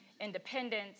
independence